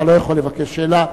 אתה לא יכול לבקש שאלה,